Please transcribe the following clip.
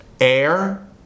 air